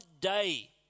day